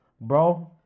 bro